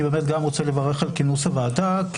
אני רוצה לברך על כינוס הוועדה.